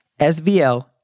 SVL